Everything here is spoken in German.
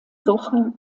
woche